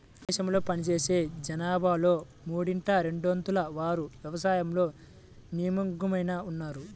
దేశంలో పనిచేసే జనాభాలో మూడింట రెండొంతుల వారు వ్యవసాయంలో నిమగ్నమై ఉన్నారు